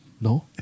No